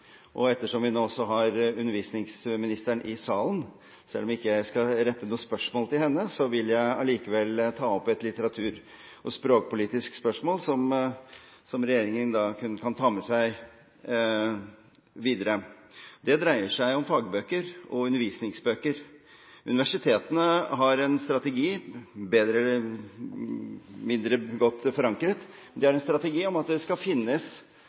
og ettersom vi nå også har undervisningsministeren i salen, selv om ikke jeg skal rette noen spørsmål til henne, vil jeg likevel ta opp et litteratur- og språkpolitisk spørsmål som regjeringen kan ta med seg videre. Det dreier seg om fagbøker og undervisningsbøker. Universitetene har en strategi – bedre eller mindre godt forankret – om at det skal finnes